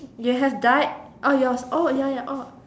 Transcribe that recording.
you have died oh yours oh ya ya oh